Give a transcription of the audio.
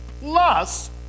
plus